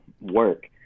work